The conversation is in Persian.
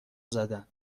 زدن